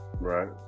Right